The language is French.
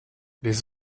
les